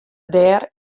dêr